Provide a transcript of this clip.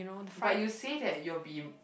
but you say that you will be